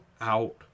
out